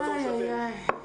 תנו לי רגע.